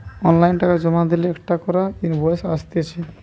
online টাকা জমা দিলে একটা করে ইনভয়েস আসতিছে